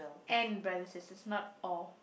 and brother sisters not all